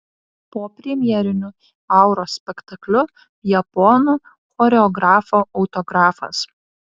po premjeriniu auros spektakliu japonų choreografo autografas